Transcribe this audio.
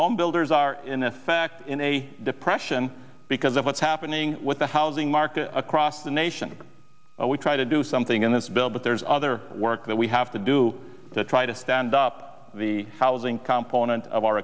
homebuilders are in fact in a depression because of what's happening with the high all the market across the nation we try to do something in this bill but there's other work that we have to do to try to stand up the housing complement of our